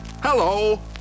hello